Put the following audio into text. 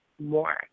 more